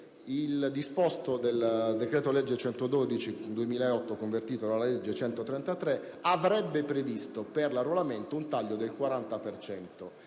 il disposto del decreto-legge n. 112 del 2008, convertito nella legge n. 133, avrebbe previsto per l'arruolamento un taglio del 40